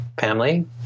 family